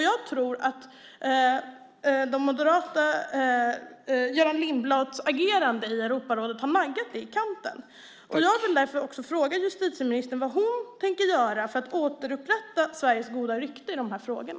Jag tror att Göran Lindblads agerande i Europarådet har naggat det i kanten. Jag vill därför fråga justitieministern vad hon tänker göra för att återupprätta Sveriges goda rykte i de här frågorna.